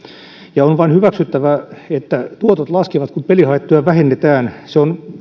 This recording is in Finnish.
ja on vain hyväksyttävä että tuotot laskevat kun pelihaittoja vähennetään se on